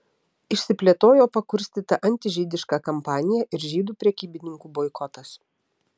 išsiplėtojo pakurstyta antižydiška kampanija ir žydų prekybininkų boikotas